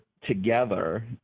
together